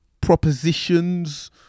propositions